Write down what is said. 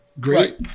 great